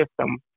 system